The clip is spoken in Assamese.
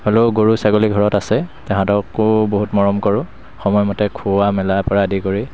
আৰু গৰু ছাগলী ঘৰত আছে তাহাঁতকো বহুত মৰম কৰোঁ সময়মতে খুওৱা মেলা পৰা আদি কৰি